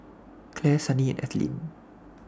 Clare Sunny and Ethelene